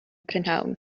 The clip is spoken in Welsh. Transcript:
prynhawn